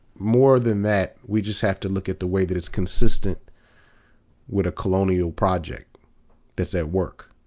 more than that, we just have to look at the way that it's consistent with a colonia l project that's at work.